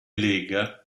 lega